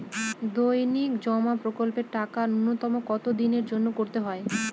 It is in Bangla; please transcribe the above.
দৈনিক জমা প্রকল্পের টাকা নূন্যতম কত দিনের জন্য করতে হয়?